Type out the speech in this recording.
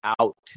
out